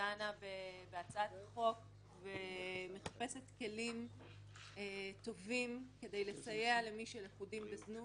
שדנה בהצעת החוק ומחפשת כלים טובים כדי לסייע למי שלכודים בזנות.